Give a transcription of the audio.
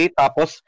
tapos